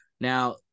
now